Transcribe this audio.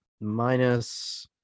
Minus